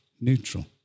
neutral